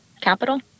capital